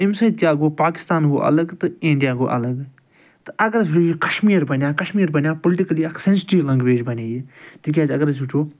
أمۍ سۭتۍ کیٛاہ گوٚو پاکِستان گوٚو اَلگ تہٕ اِنڈِیا گوٚو اَلَگ تہٕ اگر أسۍ وُچھَو یہِ کَشمیٖر بنایو کَشمیٖر بنایو پُلٹٕکٕلی اَکھ سٮ۪نزِٹیوٗ لَنٛگویج بنایہِ یہِ تِکیٛازِ اگر أسۍ وُچھَو